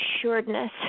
assuredness